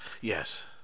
Yes